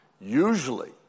Usually